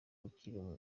akiri